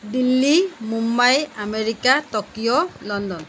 Delhi Mumbai America Tokyo London